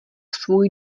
svůj